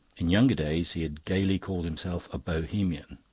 in younger days he had gaily called himself a bohemian.